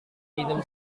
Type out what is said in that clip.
minum